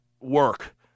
work